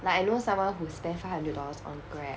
like I know someone who spend five hundred dollars on grab